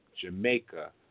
Jamaica